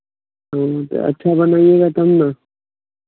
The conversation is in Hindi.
तो अच्छा बनाएगा तब ना